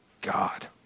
God